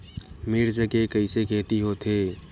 मिर्च के कइसे खेती होथे?